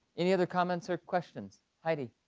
any other comments or questions? heidi?